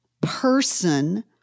person